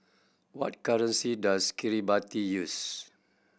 what currency does Kiribati use